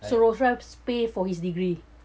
so rolls royce pay for his degree